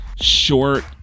short